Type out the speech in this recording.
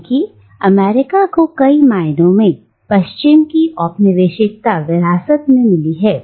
क्योंकि अमेरिका को कई मायनों में पश्चिम की औपनिवेशिकता विरासत में मिली है